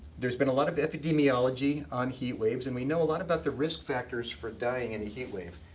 there's been a lot of epidemiology on heatwaves, and we know a lot about the risk factors for dying in a heat wave.